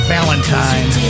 Valentine